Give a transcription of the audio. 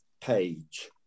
page